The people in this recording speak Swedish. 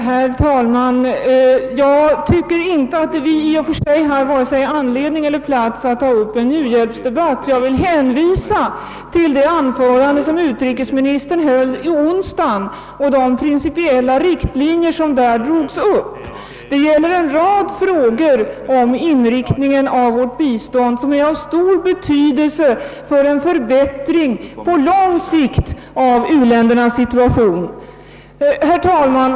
Herr talman! Med hänsyn till tidsbristen och ämnet i dag tycker jag inte att vi nu har anledning att ta upp en u-hjälpsdebatt. Jag vill hänvisa till det anförande som utrikesministern höll i onsdags och till de principiella riktlinjer som där drogs upp. Där redogörs för en rad av de frågor om inriktningen av vårt bistånd som är av stor betydelse för en förbättring på lång sikt av u-ländernas situation. Herr talman!